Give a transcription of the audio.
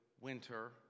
winter